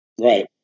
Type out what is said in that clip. Right